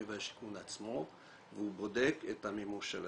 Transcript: והשיכון עצמו והוא בודק את המימוש שלהם.